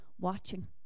watching